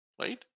right